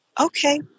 Okay